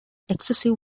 excessive